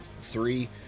Three